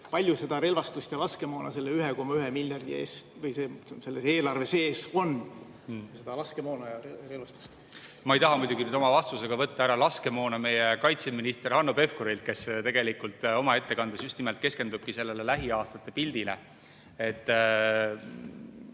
palju seda relvastust ja laskemoona selle 1,1 miljardi eest selle eelarve sees on. Ma ei taha muidugi nüüd oma vastusega võtta ära laskemoona meie kaitseministrilt Hanno Pevkurilt, kes tegelikult oma ettekandes just nimelt keskendubki sellele lähiaastate pildile.